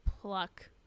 Pluck